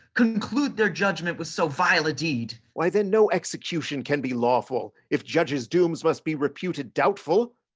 conclude their judgement with so vile a deed. why then no execution can be lawful, if judge's dooms must be reputed doubtful.